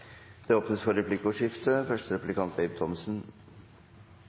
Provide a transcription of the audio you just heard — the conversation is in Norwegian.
Det åpnes for replikkordskifte.